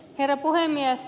herra puhemies